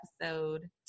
episode